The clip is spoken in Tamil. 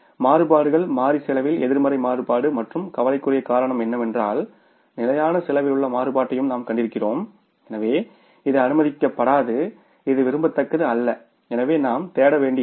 எனவே மாறுபாடுகள் மாறி செலவில் எதிர்மறை மாறுபாடு மற்றும் கவலைக்குரிய காரணம் என்னவென்றால் நிலையான செலவில் உள்ள மாறுபாட்டையும் நாம் கண்டிருக்கிறோம் எனவே இது அனுமதிக்கப்படாது இது விரும்பத்தக்கது அல்ல எனவே நாம் தேட வேண்டியிருக்கும்